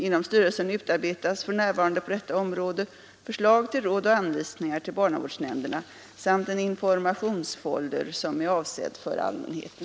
Inom styrelsen utarbetas för närvarande på detta område förslag till råd och anvisningar till barnavårdsnämnderna samt en informationsfolder som är avsedd för allmänheten.